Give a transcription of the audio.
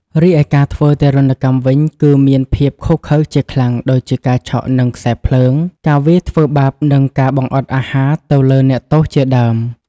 រីឯការធ្វើទារុណកម្មវិញ គឺមានភាពឃោឃៅជាខ្លាំង ដូចជា ការឆក់នឹងខ្សែរភ្លើង ការវាយធ្វើបាប ការបង្អត់អាហារទៅលើអ្នកទោសជាដើម។